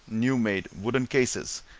new-made wooden cases,